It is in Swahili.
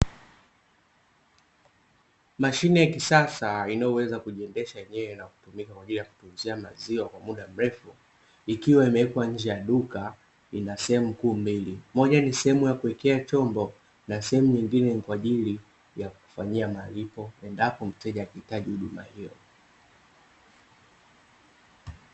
Mashine ya kisasa inayoweza kujiendesha yenyewe na kutumika kwa ajili ya kutunzia maziwa kwa muda mrefu ikiwa imewekwa nje ya duka ina sehemu kuu mbili, moja ni sehemu ya kuwekea chombo na sehemu nyingine ni kwa ajili ya kufanyia malipo endapo mteja akihitaji huduma hiyo.